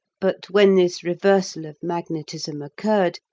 but when this reversal of magnetism occurred,